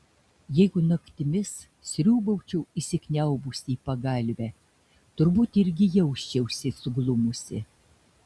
jeigu naktimis sriūbaučiau įsikniaubusi į pagalvę turbūt irgi jausčiausi suglumusi